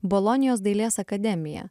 bolonijos dailės akademija